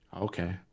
Okay